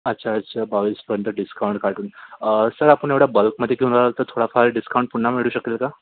अच्छा अच्छा बावीसपर्यंत डिस्काउंट काटून सर आपण एवढ्या बल्कमध्ये घेऊन राहिलो थोडाफार डिस्काउंट पुन्हा मिळू शकेल का